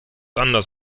anders